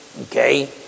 Okay